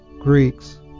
Greeks